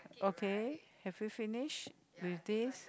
okay have you finished with this